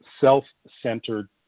self-centered